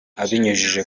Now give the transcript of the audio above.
abinyujije